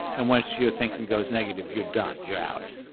and once you're thinking goes negative you're done you're out.